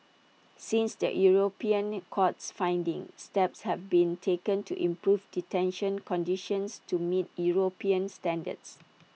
since the european court's findings steps have been taken to improve detention conditions to meet european standards